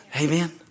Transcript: Amen